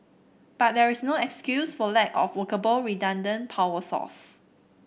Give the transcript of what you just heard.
but there is no excuse for lack of workable redundant power source